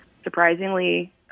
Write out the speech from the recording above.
Surprisingly